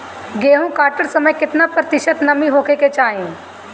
गेहूँ काटत समय केतना प्रतिशत नमी होखे के चाहीं?